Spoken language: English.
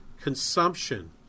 consumption